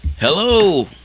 hello